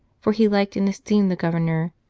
for he liked and esteemed the governor,